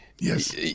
Yes